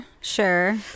sure